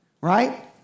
right